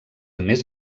més